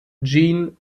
jean